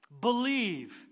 Believe